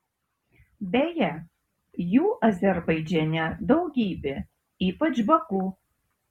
beje jų azerbaidžane daugybė ypač baku